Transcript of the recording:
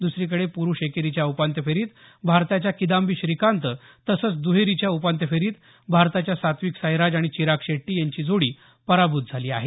दुसरीकडे पुरुष एकेरीच्या उपांत्य फेरीत भारताच्या किदान्बी श्रीकांत तसंच द्रहेरीच्या उपांत्य फेरीत भारताच्या सात्विक साईराज आणि चिराग शेट्टी यांची जोडी पराभूत झाली आहे